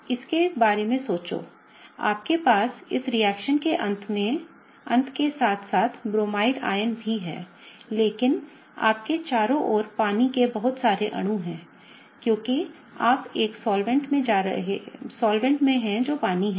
अब इसके बारे में सोचो आपके पास इस रिएक्शन के अंत के साथ साथ ब्रोमाइड आयन भी है लेकिन आपके चारों ओर पानी के बहुत सारे अणु हैं क्योंकि आप एक विलायक में हैं जो पानी है